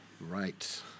Right